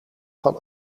van